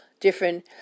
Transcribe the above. different